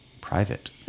private